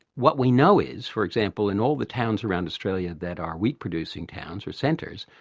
what we know is, for example, in all the towns around australia that are wheat producing towns or centres,